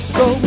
go